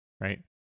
right